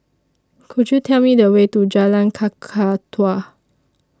Could YOU Tell Me The Way to Jalan Kakatua